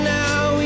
now